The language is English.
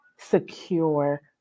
secure